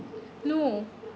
no